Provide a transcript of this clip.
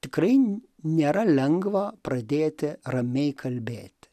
tikrai nėra lengva pradėti ramiai kalbėti